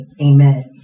amen